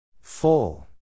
Full